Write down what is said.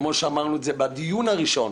כמו שאמרנו בדיון הראשון,